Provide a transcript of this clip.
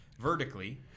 vertically